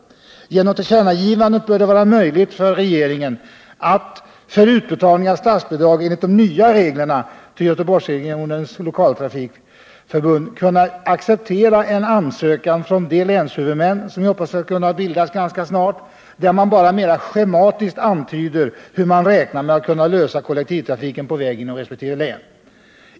Efter ett tillkännagivande från riksdagen bör det vara möjligt för regeringen att för utbetalning av statsbidrag enligt de nya reglerna till Göteborgsregionens lokaltrafik acceptera en ansökan från de länshuvudmän som vi hoppas skall kunna bildas ganska snart, där man bara mera schematiskt antyder hur man räknar med att kunna ordna kollektivtrafiken på väg inom resp. län.